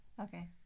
Okay